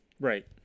Right